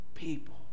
people